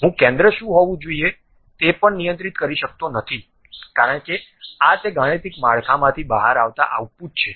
હું કેન્દ્ર શું હોવું જોઈએ તે પણ નિયંત્રિત કરી શકતો નથી કારણ કે આ તે ગાણિતિક માળખામાંથી બહાર આવતા આઉટપુટ છે